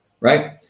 right